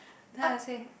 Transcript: then I say